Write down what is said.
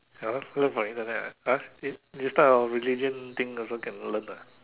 !huh! learn from Internet ah !huh! this type of religion thing also can learn ah